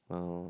!wow!